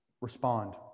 respond